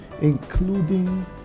including